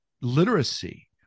literacy